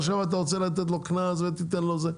עכשיו אתה רוצה לתת לו קנס ותיתן לו זה,